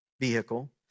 vehicle